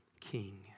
king